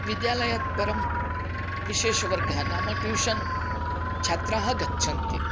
विद्यालयात् परं विशेषवर्गः नाम ट्यूशन् छात्राः गच्छन्ति